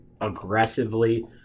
aggressively